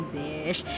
dish